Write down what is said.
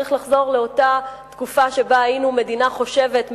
צריך לחזור לאותה תקופה שבה היינו מדינה חושבת,